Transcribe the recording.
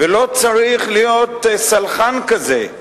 ולא צריך להיות סלחן כזה.